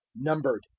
numbered